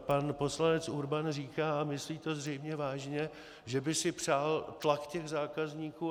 Pan poslanec Urban říká, a myslí to zřejmě vážně, že by si přál tlak těch zákazníků.